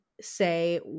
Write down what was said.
say